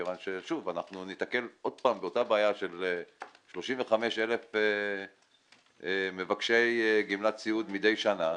מכיוון ששוב ניתקל באותה בעיה של 35,000 מבקשי גמלת סיעוד מדי שנה.